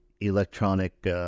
electronic